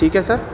ٹھیک ہے سر